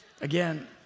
Again